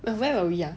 where were we are